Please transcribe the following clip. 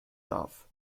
darf